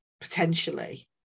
potentially